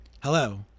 Hello